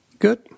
good